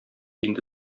инде